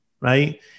right